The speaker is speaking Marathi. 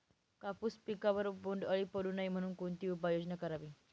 कापूस पिकावर बोंडअळी पडू नये म्हणून कोणती उपाययोजना करावी?